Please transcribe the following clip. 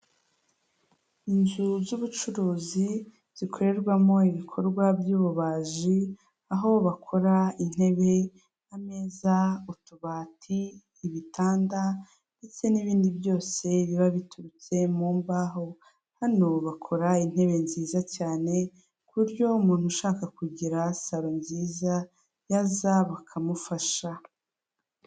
Inzu z'ubucuruzi zikorerwamo ibikorwa by'ububaji aho bakora intebe ameza utubati ibitanda ndetse n'ibindi byose biba biturutse mu mbaho, hano bakora intebe nziza cyane ku buryo umuntu ushaka kugira saro nziza yaza bakamufasha.